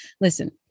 Listen